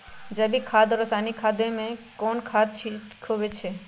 जैविक खाद और रासायनिक खाद में खेत ला कौन खाद ठीक होवैछे?